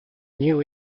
new